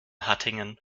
hattingen